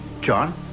John